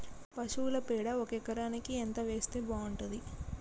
పశువుల పేడ ఒక ఎకరానికి ఎంత వేస్తే బాగుంటది?